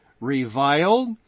reviled